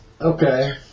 okay